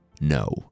No